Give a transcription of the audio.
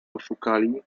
oszukali